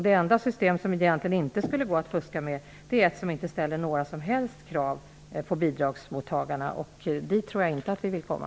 Det enda system som det egentligen inte skulle gå att fuska med är ett som inte ställer några som helst krav på bidragsmottagarna, och ett sådant system tror jag inte att vi vill ha.